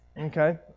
Okay